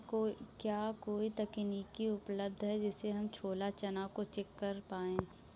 क्या कोई तकनीक उपलब्ध है जिससे हम छोला चना को चेक कर पाए?